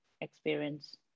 experience